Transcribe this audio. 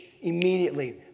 immediately